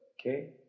Okay